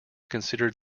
considered